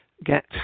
Get